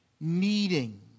needing